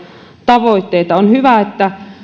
tavoitteita on hyvä että